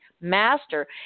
master